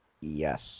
yes